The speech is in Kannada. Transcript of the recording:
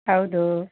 ಹೌದು